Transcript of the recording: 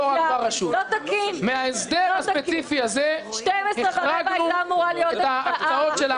מההסדר הספציפי הזה החרגנו את הקצאות העבר.